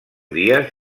dies